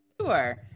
Sure